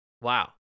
Wow